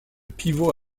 pivot